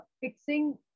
fixing